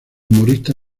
humorista